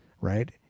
right